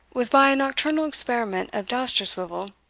was by a nocturnal experiment of dousterswivel,